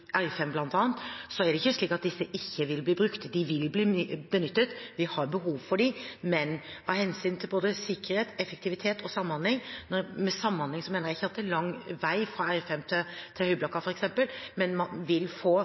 er det ikke slik at disse ikke vil bli brukt. De vil bli benyttet, vi har behov for dem, av hensyn til både sikkerhet, effektivitet og samhandling. Og med samhandling mener jeg ikke det er lang vei fra R5 til høyblokka, f.eks., men man vil få